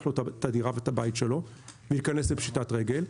לו את הדירה ואת הבית שלו וייכנס לפשיטת רגל,